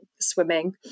swimming